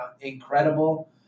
incredible